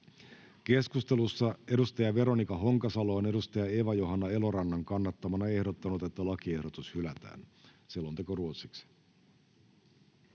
Keskustelussa edustaja Veronika Honkasalo on edustaja Eeva-Johanna Elorannan kannattamana ehdottanut, että lakiehdotus hylätään. — Selonteko ruotsiksi.